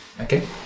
Okay